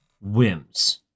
whims